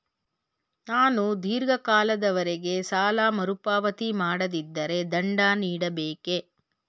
ನಾನು ಧೀರ್ಘ ಕಾಲದವರೆ ಸಾಲ ಮರುಪಾವತಿ ಮಾಡದಿದ್ದರೆ ದಂಡ ನೀಡಬೇಕೇ?